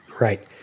Right